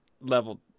level –